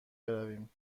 برویم